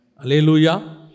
Alleluia